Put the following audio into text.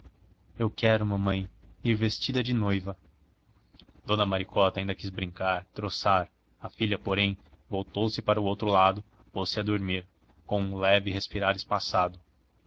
eu quero mamãe ir vestida de noiva dona maricota ainda quis brincar troçar a filha porém voltou-se para o outro lado pôs-se a dormir com um leve respirar espaçado